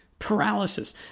Paralysis